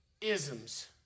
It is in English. isms